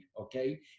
okay